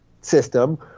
system